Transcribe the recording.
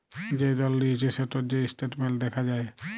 যে লল লিঁয়েছে সেটর যে ইসট্যাটমেল্ট দ্যাখা যায়